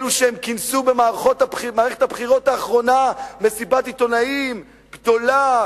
אלו שכינסו במערכת הבחירות האחרונה מסיבת עיתונאים גדולה,